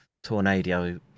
tornado